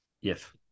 Yes